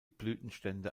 blütenstände